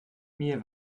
mir